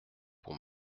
pour